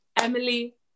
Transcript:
Emily